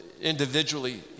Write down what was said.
individually